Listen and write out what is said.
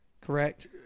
correct